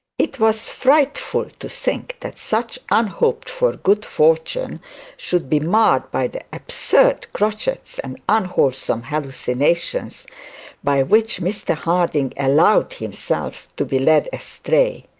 it was frightful to think that such unhoped for good fortune should be marred by the absurd crotchets and unwholesome hallucinations by which mr harding allowed himself to be led astray.